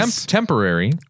temporary